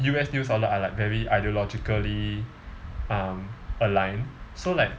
U_S news outlet are like very ideologically um aligned so like